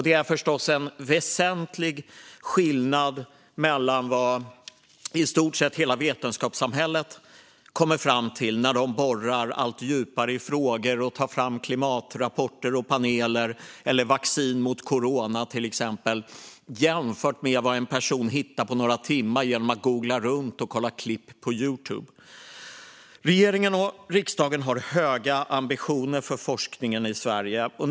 Det är förstås en väsentlig skillnad mellan vad i stort sett hela vetenskapssamhället kommer fram till när de borrar allt djupare i frågor och tar fram klimatrapporter och klimatpaneler, eller vaccin mot corona, jämfört med vad en person hittar på några timmar genom att googla runt och kolla på klipp på Youtube. Regeringen och riksdagen har höga ambitioner för forskningen i Sverige.